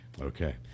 Okay